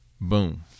boom